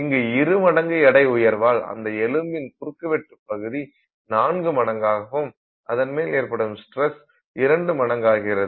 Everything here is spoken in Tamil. இங்கு எட்டு மடங்கு எடை உயர்வால் அந்த எலும்பின் குறுக்குவெட்டு பகுதி நான்கு மடங்காகவும் அதன் மேல் ஏற்படும் ஸ்டிரஸ் இரண்டு மடங்காகிறது